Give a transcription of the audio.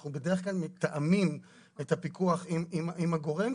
אנחנו מתאמים את הפיקוח עם הגורם,